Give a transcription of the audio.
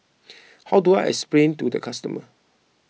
how do I explain to the customer